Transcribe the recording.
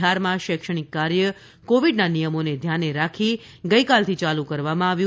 બિહારમાં શૈક્ષણિક કાર્ય કોવિડના નિયમોને ધ્યાને રાખી ગઈકાલથી યાલુ કરવામાં આવ્યું